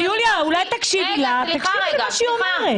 יוליה, אולי תקשיבי למה שהיא אומרת.